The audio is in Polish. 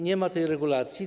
Nie ma tej regulacji.